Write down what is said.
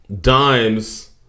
dimes